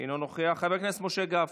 אינו נוכח, חבר הכנסת משה גפני,